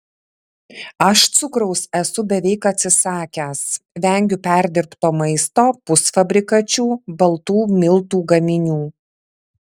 aš cukraus esu beveik atsisakęs vengiu perdirbto maisto pusfabrikačių baltų miltų gaminių